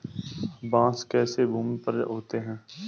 बांस कैसे भूमि पर उगते हैं?